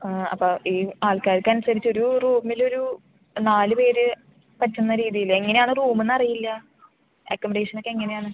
അപ്പോൾ ഈ ആൾക്കാർക്ക് അനുസരിച്ച് ഒരു റൂമിൽ ഒരു നാല് പേർ പറ്റുന്ന രീതിയിൽ എങ്ങനെ ആണ് റൂമ് എന്ന് അറിയില്ല അക്കോമഡേഷനൊക്കെ എങ്ങനെയാണ്